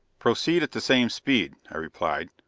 proceed at the same speed, i replied.